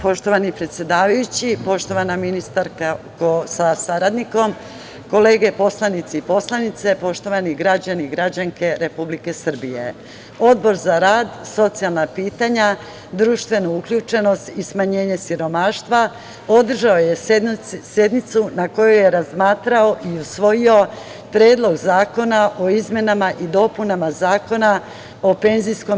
Poštovana ministarko sa saradnikom, kolege poslanici i poslanice, poštovani građani i građanke Republike Srbije, Odbor za rad, socijalna pitanja, društvenu uključenost i smanjenje siromaštva održao je sednicu na kojoj je razmatrao i usvojio Predlog zakona o izmenama i dopunama Zakona o PIO.